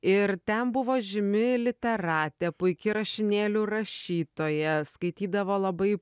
ir ten buvo žymi literatė puiki rašinėlių rašytoja skaitydavo labai